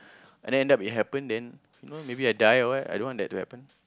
and then end up it happen then you know maybe I die or what I don't want that to happen